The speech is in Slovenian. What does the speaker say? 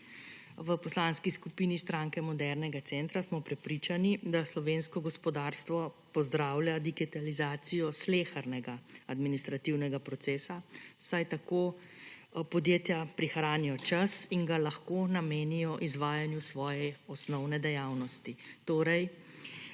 V Poslanski skupini Stranke modernega centra smo prepričani, da slovensko gospodarstvo pozdravlja digitalizacijo slehernega administrativnega procesa, saj tako podjetja prihranijo čas in ga lahko namenijo izvajanju svoje osnovne dejavnost,